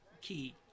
Key